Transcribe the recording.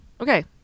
Okay